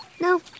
No